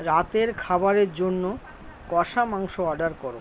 রাতের খাবারের জন্য কষা মাংস অর্ডার করো